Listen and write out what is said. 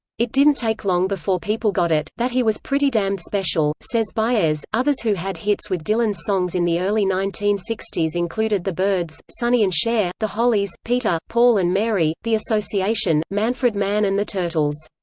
it didn't take long before people got it, that he was pretty damned special, says baez others who had hits with dylan's songs in the early nineteen sixty s included the byrds, sonny and cher, the hollies, peter, paul and mary, the association, manfred mann and the turtles.